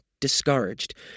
discouraged